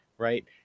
right